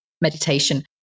meditation